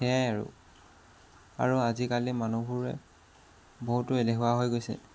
সেয়াই আৰু আৰু আজিকালি মানুহবোৰে বহুতো এলেহুৱা হৈ গৈছে